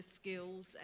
skills